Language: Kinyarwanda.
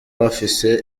bafise